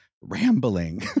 rambling